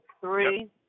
Three